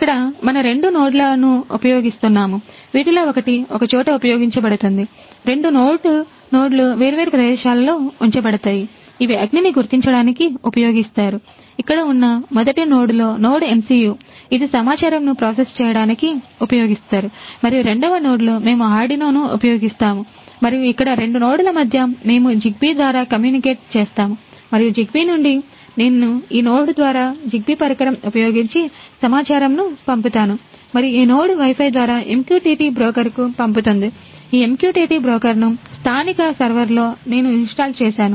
ఇక్కడ మన రెండు నోడ్ల చేస్తాము మరియు జిగ్బీ నుండి నేను ఈ నోడ్ ద్వారా జిగ్బీ పరికరం ఉపయోగించి సమాచారమును పంపుతాను మరియు ఈ నోడ్ వై ఫై ద్వారా MQTT బ్రోకర్కు పంపుతుంది ఈ MQTT బ్రోకర్ ను నా స్థానిక సర్వర్లో నేను ఇన్స్టాల్ చేశాను